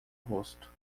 rosto